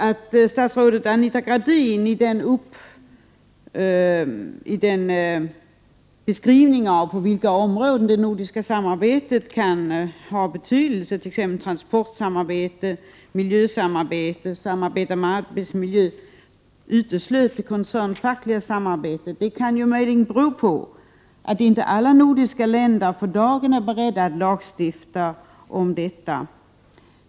Att statsrådet Anita Gradin i sin uppräkning av de områden som kan ha betydelse för det nordiska samarbetet — t.ex. transportsamarbete, miljösamarbete och samarbete inom arbetsmiljöns område — uteslöt det koncernfackliga samarbetet kan möjligen bero på att inte alla nordiska länder för dagen är beredda att lagstifta om detta.